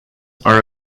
are